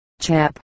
Chap